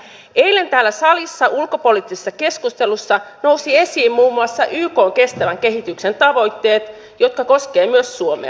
eilen täällä salissa ulkopoliittisessa keskustelussa nousivat esiin muun muassa ykn kestävän kehityksen tavoitteet jotka koskevat myös suomea